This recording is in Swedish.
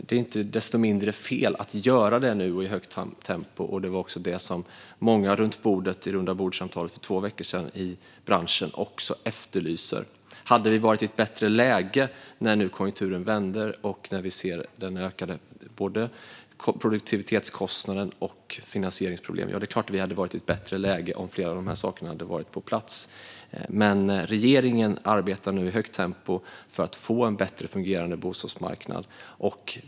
Det är icke desto mindre inte fel att göra det nu i högt tempo. Det var också något som många i branschen efterlyste i rundabordssamtalet för två veckor sedan. När nu konjunkturen vänder och vi ser ökningar av både produktivitetskostnaderna och finansieringsproblemen är det klart att vi hade varit i ett bättre läge om flera av de här sakerna varit på plats. Men regeringen arbetar nu i högt tempo för att få en bättre fungerande bostadsmarknad.